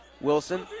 Wilson